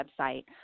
website